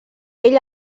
ell